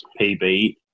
PB